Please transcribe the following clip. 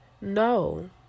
no